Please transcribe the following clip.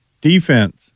defense